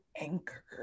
anchor